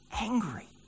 angry